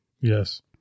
Yes